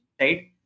right